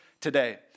today